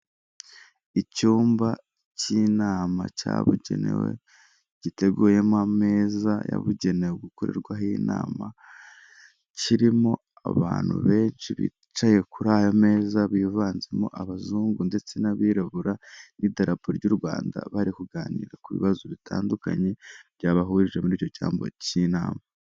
Icyumba cy'inama cyabugenewe giteguyemo ameza yabugenewe gukorerwaho inama kirimo abantu benshi bicaye kuri ayo meza bivanzemo abazungu ndetse n'abirabura n'idarapo ry'u Rwanda bari kuganira ku bibazo bitandukanye byabahurije muri icyo cyambo cy'inama.